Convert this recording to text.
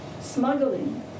smuggling